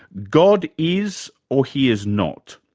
god is or he is not.